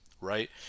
right